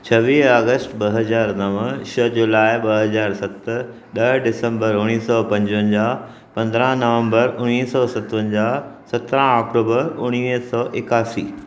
छवीह अगस्त ॿ हज़ार नव छह जुलाई ॿ हज़ार सत ॾह दिसंबर उणिवीह सौ पंजवंजाह पंद्रहं नवंबर उणिवीह सौ सतवंजाह सत्रहं अक्टूबर उणिवींह सौ इकासी